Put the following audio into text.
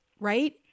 right